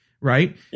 right